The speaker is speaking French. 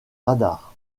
radar